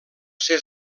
ser